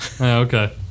okay